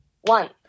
one